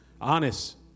Honest